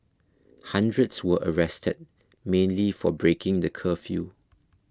hundreds were arrested mainly for breaking the curfew